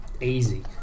Easy